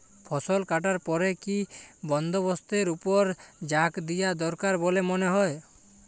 ফসলকাটার পরে কি কি বন্দবস্তের উপর জাঁক দিয়া দরকার বল্যে মনে হয়?